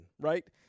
right